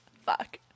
Fuck